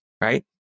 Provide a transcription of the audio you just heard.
right